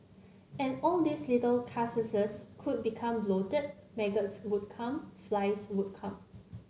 and all these little carcasses could become bloated maggots would come flies would come